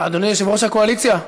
אדוני יושב-ראש הקואליציה,